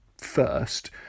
first